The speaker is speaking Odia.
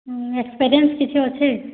ହୁଁ ଏକ୍ସପେରିଏନ୍ସ୍ କିଛି ଅଛେ